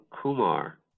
Kumar